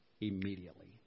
immediately